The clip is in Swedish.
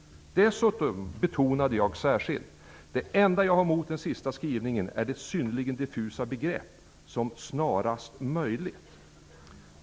Dessutom betonade jag särskilt: Det enda jag har emot denna sista skrivning är det synnerligen diffusa begreppet ''snarast möjligt''.